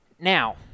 Now